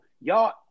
y'all